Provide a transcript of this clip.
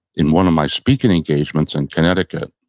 in one of my speaking engagements in connecticut,